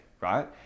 right